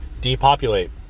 depopulate